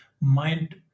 mind